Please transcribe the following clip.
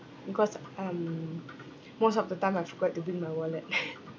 because um most of the time I forgot to bring my wallet